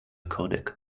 codec